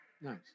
Nice